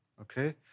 okay